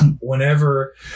Whenever